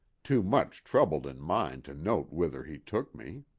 too much troubled in mind to note whither he took me.